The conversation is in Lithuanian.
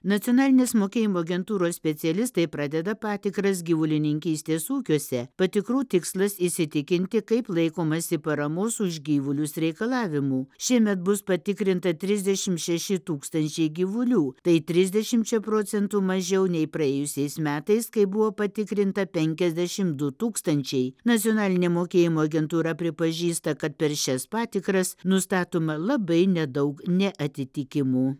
nacionalinės mokėjimo agentūros specialistai pradeda patikras gyvulininkystės ūkiuose patikrų tikslas įsitikinti kaip laikomasi paramos už gyvulius reikalavimų šiemet bus patikrinta trisdešim šeši tūkstančiai gyvulių tai trisdešimčia procentų mažiau nei praėjusiais metais kai buvo patikrinta penkiasdešim du tūkstančiai nacionalinė mokėjimo agentūra pripažįsta kad per šias patikras nustatoma labai nedaug neatitikimų